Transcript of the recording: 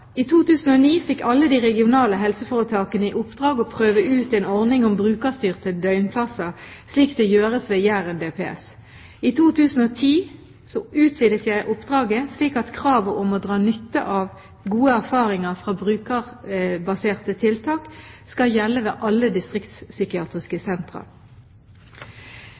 I 2009 fikk alle de regionale helseforetakene i oppdrag å prøve ut en ordning om brukerstyrte døgnplasser, slik det gjøres ved Jæren DPS. I 2010 utvidet jeg oppdraget slik at kravet om å dra nytte av gode erfaringer fra brukerbaserte tiltak skal gjelde ved alle distriktspsykiatriske sentra.